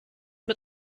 mit